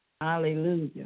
Hallelujah